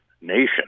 nation